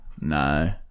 No